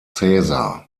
caesar